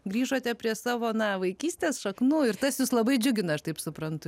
grįžote prie savo na vaikystės šaknų ir tas jus labai džiugina aš taip suprantu